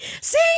See